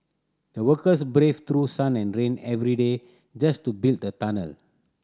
the workers braved through sun and rain every day just to build the tunnel